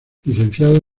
licenciado